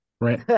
Right